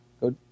Go